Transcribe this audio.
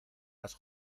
has